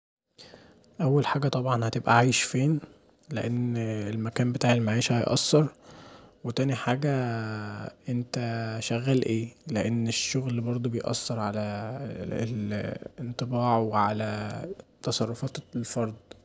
أول حاجه طبعا هتبقي عايش فين لان المكان بتاع المعيشه هيأثر، تاني حاجه انت شغال ايه، لان الشغل برضو بيأثر علي الأنطباع وعلي تصرفات الفرد.